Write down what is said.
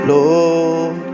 Lord